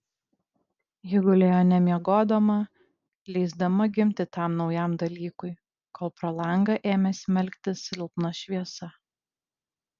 ji gulėjo nemiegodama leisdama gimti tam naujam dalykui kol pro langą ėmė smelktis silpna šviesa